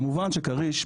כמובן שכריש,